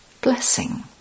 Blessing